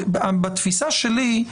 בתפיסה שלי,